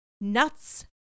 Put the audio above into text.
nuts